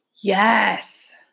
yes